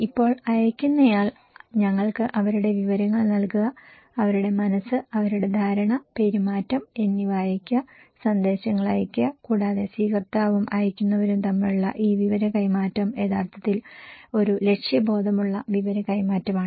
ഇപ്പോൾ അയയ്ക്കുന്നയാൾ ഞങ്ങൾക്ക് അവരുടെ വിവരങ്ങൾ നൽകുക അവരുടെ മനസ്സ് അവരുടെ ധാരണ പെരുമാറ്റം എന്നിവ അയയ്ക്കുക സന്ദേശങ്ങൾ അയയ്ക്കുക കൂടാതെ സ്വീകർത്താവും അയയ്ക്കുന്നവരും തമ്മിലുള്ള ഈ വിവര കൈമാറ്റം യഥാർത്ഥത്തിൽ ഒരു ലക്ഷ്യബോധമുള്ള വിവര കൈമാറ്റമാണ്